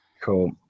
Cool